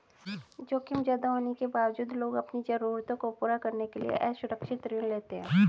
जोखिम ज्यादा होने के बावजूद लोग अपनी जरूरतों को पूरा करने के लिए असुरक्षित ऋण लेते हैं